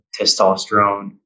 testosterone